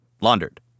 laundered